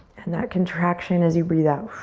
and that contraction as you breathe out.